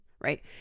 right